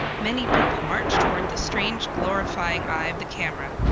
many people march toward the strange glorifying eye of the camera,